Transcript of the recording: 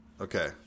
Okay